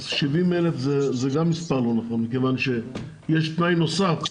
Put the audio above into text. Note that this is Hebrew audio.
70,000 זה גם מספר לא נכון, מכיוון שיש תנאי נוסף.